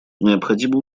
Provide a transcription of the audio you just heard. необходимо